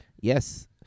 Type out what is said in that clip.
Yes